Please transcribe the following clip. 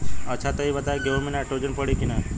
अच्छा त ई बताईं गेहूँ मे नाइट्रोजन पड़ी कि ना?